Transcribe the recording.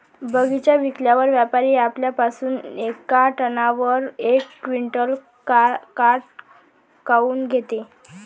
बगीचा विकल्यावर व्यापारी आपल्या पासुन येका टनावर यक क्विंटल काट काऊन घेते?